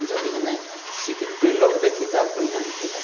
ଯଦି ହେନେ ସିକୁରିଟି ଲକ୍ଟେ ଥିତା ବଢ଼ିଆଁ ହେଇଥିତା